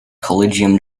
collegium